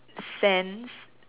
sense